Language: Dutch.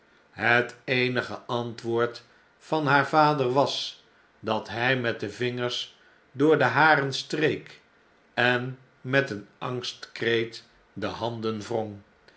het eenige antwoord van haar vader was dat hjj met de vingers door de haren streek en met een angstkreet de handen